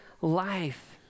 life